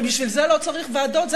הרי בשביל זה לא צריך ועדות,